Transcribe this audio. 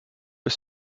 ist